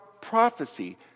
prophecy